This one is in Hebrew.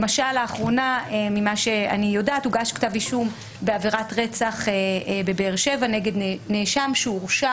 לאחרונה אני יודעת שהוגש כתב אישום בעבירת רצח בבאר שבע נגד נאשם שהורשע